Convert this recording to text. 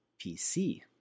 PC